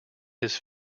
his